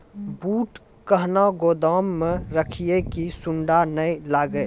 बूट कहना गोदाम मे रखिए की सुंडा नए लागे?